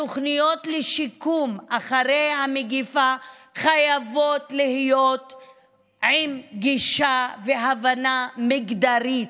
תוכניות השיקום לאחר המגפה חייבות להיות עם גישה והבנה מגדרית,